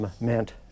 meant